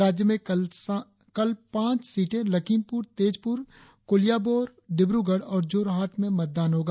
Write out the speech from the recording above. राज्य में कल पांच सीटें लखीमपुर तेजपुर कोलियाबोर डिब्रगढ़ और जोरहाट में मतदान होगा